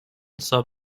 sub